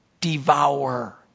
devour